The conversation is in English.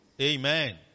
Amen